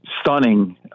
stunning